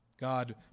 God